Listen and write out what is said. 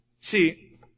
See